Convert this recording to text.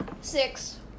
Six